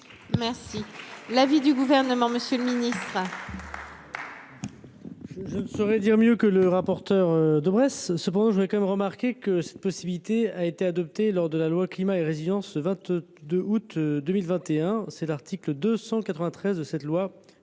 Merci l'avis du gouvernement, Monsieur le Ministre. Je ne saurais dire mieux que le rapporteur de presse se cependant, je voudrais quand même remarquer que cette possibilité a été adopté lors de la loi climat et résilience ce 22 août 2021, c'est l'article 293 de cette loi